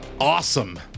awesome